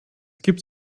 gibt